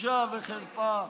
בושה וחרפה.